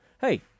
hey –